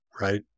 right